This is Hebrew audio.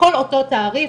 הכל אותו תעריף.